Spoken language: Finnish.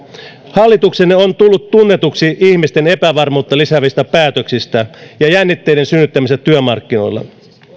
hallituksenne on tullut tunnetuksi ihmisten epävarmuutta lisäävistä päätöksistä ja jännitteiden synnyttämisestä työmarkkinoilla